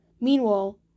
Meanwhile